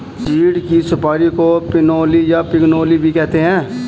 चीड़ की सुपारी को पिनोली या पिगनोली भी कहते हैं